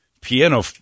piano